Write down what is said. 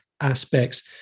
aspects